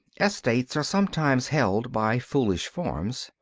estates are sometimes held by foolish forms,